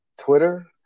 Twitter